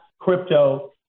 crypto